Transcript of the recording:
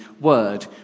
word